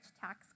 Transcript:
tax